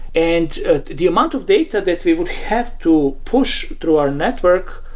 and the amount of data that we would have to push through our network,